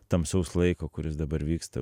tamsaus laiko kuris dabar vyksta